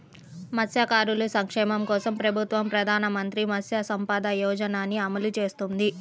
మత్స్యకారుల సంక్షేమం కోసం ప్రభుత్వం ప్రధాన మంత్రి మత్స్య సంపద యోజనని అమలు చేస్తోంది